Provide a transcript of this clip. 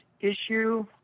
issue